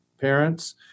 parents